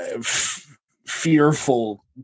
fearful